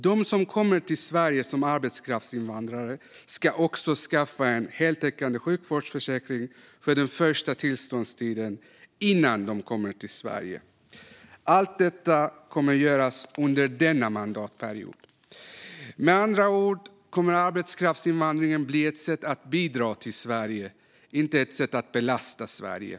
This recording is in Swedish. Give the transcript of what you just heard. De som kommer till Sverige som arbetskraftsinvandrare ska också skaffa en heltäckande sjukvårdsförsäkring för den första tillståndstiden innan de kommer till Sverige. Allt detta kommer göras under denna mandatperiod. Med andra ord kommer arbetskraftsinvandringen att bli ett sätt att bidra till Sverige - inte ett sätt att belasta Sverige.